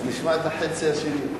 אז נשמע את החצי השני.